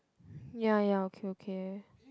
ya ya okay okay